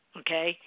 okay